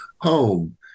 home